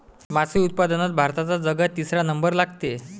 मासोळी उत्पादनात भारताचा जगात तिसरा नंबर लागते